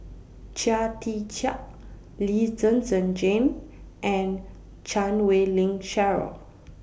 Chia Tee Chiak Lee Zhen Zhen Jane and Chan Wei Ling Cheryl